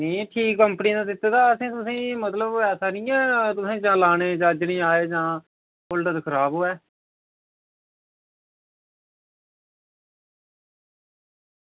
नेईं ठीक कंपनी दा दित्ता हा तुसेंगी असें शैल दित्ते हे जां तुसेंगी लाने दे चज्ज निं आये जां होल्डर खराब होऐ